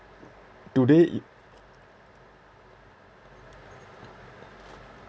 today it